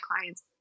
clients